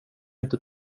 inte